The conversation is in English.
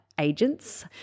agents